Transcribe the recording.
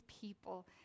people